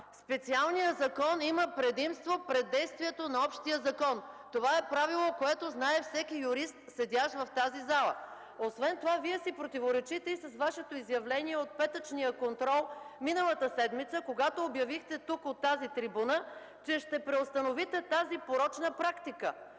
Специалният закон има предимство пред действието на общия закон. Това е правило, което знае всеки юрист, седящ в тази зала. Освен това, Вие си противоречите и с Вашето изявление от петъчния контрол миналата седмица, когато обявихте тук, от тази трибуна, че ще преустановите тази порочна практика.